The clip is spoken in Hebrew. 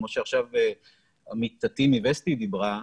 כמו שעכשיו עמיתתי מווסטי אמרה,